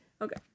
Okay